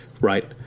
Right